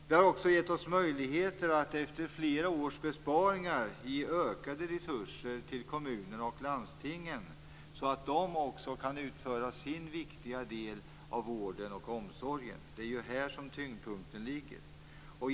Det har också gett oss möjligheter att efter flera års besparingar ge ökade resurser till kommunerna och landstingen så att de kan utföra sin viktiga del av vården och omsorgen. Det är här som tyngdpunkten ligger.